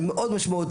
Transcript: הוא מאוד משמעותי,